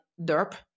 derp